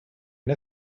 une